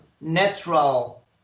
natural